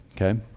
okay